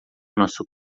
nosso